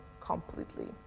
completely